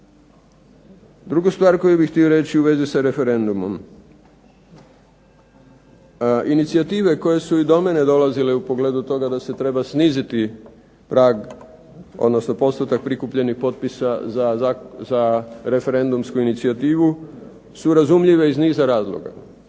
Drugu stvar koju bih htio reći u vezi sa referendumom. Inicijative koje su do mene dolazile u pogledu toga da se treba sniziti prag, odnosno postotak prikupljenih potpisa za referendumsku inicijativu, su razumljive iz niza razloga,